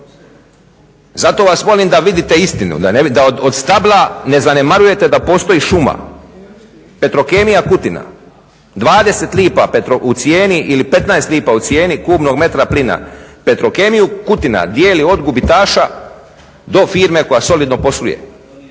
Zato vas molim da vidite istinu da od stabla ne zanemarujete da postoji šuma. Petrokemija Kutina 20 lipa u cijeni ili 15 lipa u cijeni kubnog metra plina. Petrokemiju Kutina dijeli od gubitaša do firme koja solidno posluje.